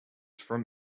from